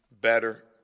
Better